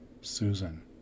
Susan